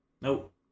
nope